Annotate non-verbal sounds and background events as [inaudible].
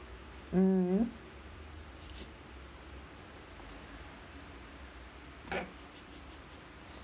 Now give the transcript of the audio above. mm [noise]